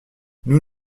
nous